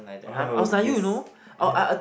oh yes yes